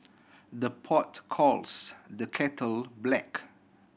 the pot calls the kettle black